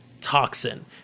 toxin